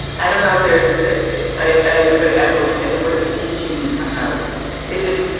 i don't know if there's i am going to echo what you said. what is it teaching about is it.